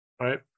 Right